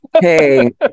hey